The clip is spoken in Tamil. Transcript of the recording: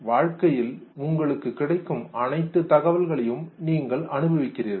வாழ்க்கையில் உங்களுக்கு கிடைக்கும் அனைத்து தகவல்களையும் நீங்கள் அனுபவிக்கிறீர்கள்